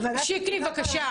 שיקלי בבקשה.